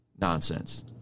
Nonsense